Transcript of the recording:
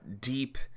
deep